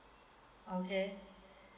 okay